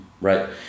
right